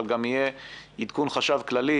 אבל גם יהיה עדכון של החשב הכללי,